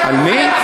על מי?